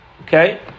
Okay